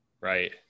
Right